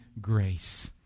grace